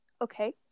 okay